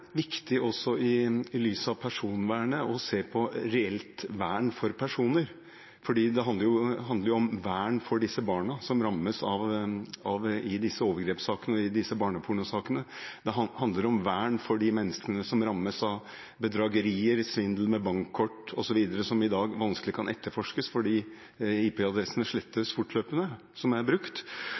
viktig også i lys av personvernet å se på reelt vern for personer, for det handler om vern for de barna som rammes i disse overgrepssakene, i barnepornosakene. Det handler om vern for de menneskene som rammes av bedrageri, svindel med bankkort osv., saker som i dag vanskelig kan etterforskes fordi IP-adressene som er brukt,